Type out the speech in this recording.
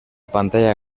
pantalla